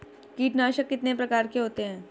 कीटनाशक कितने प्रकार के होते हैं?